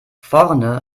vorne